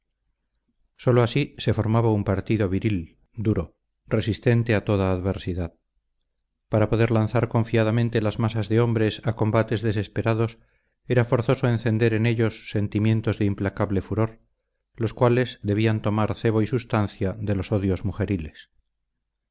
sólo así se formaba un partido viril duro resistente a toda adversidad para poder lanzar confiadamente las masas de hombres a combates desesperados era forzoso encender en ellos sentimientos de implacable furor los cuales debían tomar cebo y sustancia de los odios mujeriles